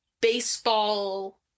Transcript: baseball